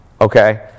okay